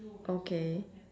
okay